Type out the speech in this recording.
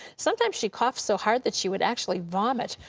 sometimes she coughed so hard that she would actually vomit.